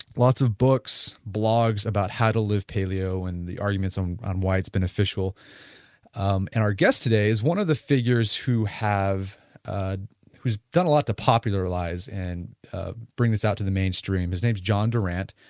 lots of books, blogs, about how to live paleo, and the arguments on on why it's been official um and, our guest today is one of the figures who have ah who has done a lot of to popularize, and bring this out to the mainstream, his name is john durant,